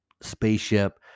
spaceship